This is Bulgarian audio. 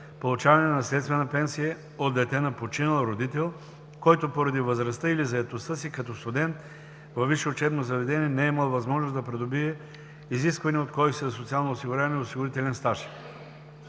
получаване на наследствена пенсия от дете на починал родител, който поради възрастта или заетостта си като студент във висше учебно заведение не е имал възможност да придобие изисквания от Кодекса за социално осигуряване осигурителен стаж;